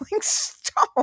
Stone